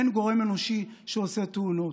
אין גורם אנושי שעושה תאונות.